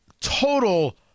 total